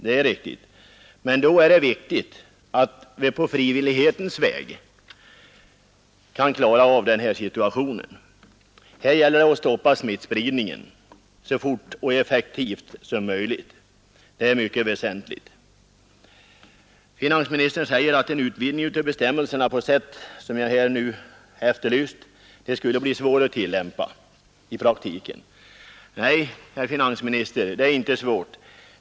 Det är riktigt, men då är det väsentligt att man på frivillighetens väg kan klara av situationen. Här gäller det att stoppa smittspridningen så fort och effektivt som möjligt. Finansministern säger att en utvidgning av bestämmelserna på det sätt som jag efterlyst skulle bli svår att tillämpa i praktiken. Nej, herr finansminister, det är inte svårt.